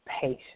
patience